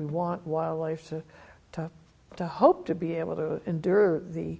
we want wildlife so tough to hope to be able to endure the